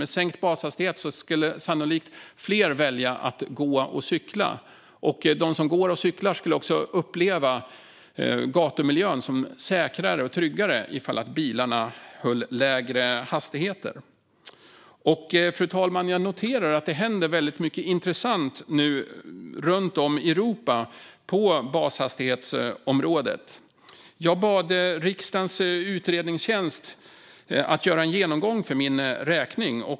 Med sänkt bashastighet skulle sannolikt fler välja att gå och cykla eftersom de skulle uppleva gatumiljön som säkrare och tryggare om bilarna höll lägre hastighet. Fru talman! Jag noterar att det händer mycket intressant runt om i Europa på bashastighetsområdet. Jag bad riksdagens utredningstjänst att göra en genomgång för min räkning.